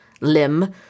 limb